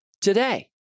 today